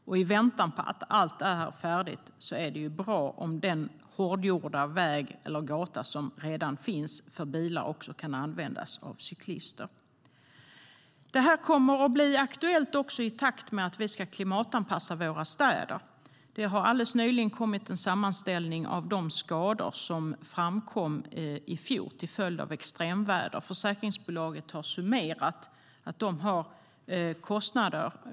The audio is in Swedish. Och i väntan på att allt det här är färdigt är det bra om den hårdgjorda väg eller gata som redan finns för bilar också kan användas av cyklister. Det här kommer att bli aktuellt också i takt med att vi ska klimatanpassa våra städer. Det har alldeles nyligen kommit en sammanställning av de skador som uppstod i fjol till följd av extremväder. Försäkringsbolagen har summerat sina kostnader.